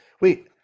Wait